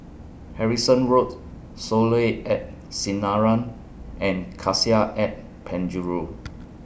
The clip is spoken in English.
Harrison Road Soleil At Sinaran and Cassia At Penjuru